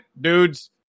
dudes